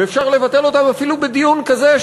ואפשר לבטל אותם אפילו בדיון כזה,